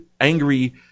angry